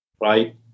right